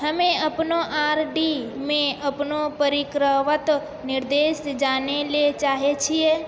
हम्मे अपनो आर.डी मे अपनो परिपक्वता निर्देश जानै ले चाहै छियै